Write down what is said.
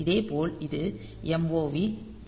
இதேபோல் இது MOV 0e00 h